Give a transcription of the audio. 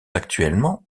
actuellement